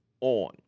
on